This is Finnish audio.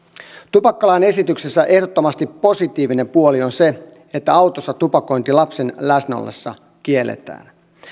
tupakkalain esityksessä ehdottomasti positiivinen puoli on se että autossa tupakointi lapsen läsnä ollessa kielletään